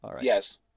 Yes